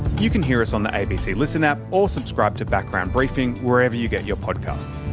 you can hear us on the abc listen app, or subscribe to background briefing wherever you get your podcasts.